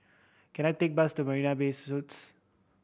can I take a bus to Marina Bay Suites